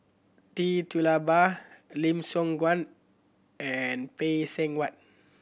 Tee Tula Ba Lim Siong Guan and Phay Seng Whatt